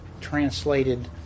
translated